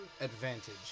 Advantage